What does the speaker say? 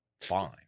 Fine